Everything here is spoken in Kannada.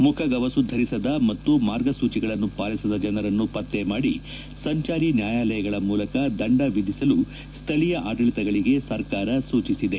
ಮುಖಗವಸು ಧರಿಸದ ಮತ್ತು ಮಾರ್ಗಸೂಚಿಗಳನ್ನು ಪಾಲಿಸದ ಜನರನ್ನು ಪತ್ತೆ ಮಾಡಿ ಸಂಚಾರಿ ನ್ನಾಯಾಲಯಗಳ ಮೂಲಕ ದಂಡ ವಿಧಿಸಲು ಸ್ನಳೀಯ ಆಡಳತಗಳಿಗೆ ಸರ್ಕಾರ ಸೂಚಿಸಿದೆ